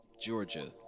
Georgia